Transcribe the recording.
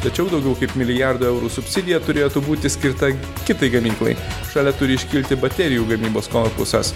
tačiau daugiau kaip milijardo eurų subsidija turėtų būti skirta kitai gamyklai šalia turi iškilti baterijų gamybos korpusas